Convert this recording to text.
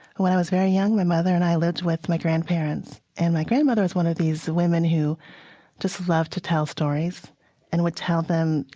when i was very young, my mother and i lived with my grandparents. and my grandmother was one of these women who just loved to tell stories and would tell them, you